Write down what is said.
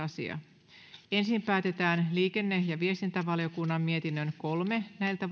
asia ensin päätetään liikenne ja viestintävaliokunnan mietinnön kolme